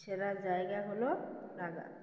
সেরা জায়গা হলো লাদাখ